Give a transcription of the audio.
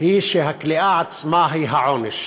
הן שהכליאה עצמה היא העונש.